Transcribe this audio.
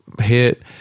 hit